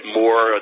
more